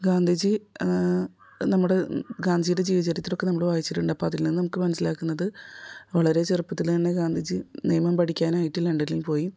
ഗാന്ധിജി നമ്മുടെ ഗാന്ധിജിയുടെ ജീവിത ചരിത്രം നമ്മൾ വായിച്ചിട്ടുണ്ട്അപ്പം അതിൽ നിന്ന് നമുക്ക് മനസ്സിലാകുന്നത് വളരെ ചെറുപ്പത്തിലെ തന്നെ ഗാന്ധിജി നിയമം പഠിക്കാനായിട്ട് ലണ്ടനിൽ പോയി